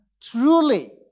truly